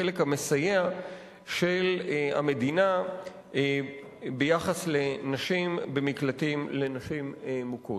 החלק המסייע של המדינה ביחס לנשים במקלטים לנשים מוכות.